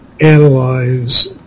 analyze